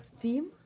theme